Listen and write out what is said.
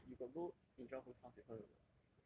wait but you got go indra ho's house with her or not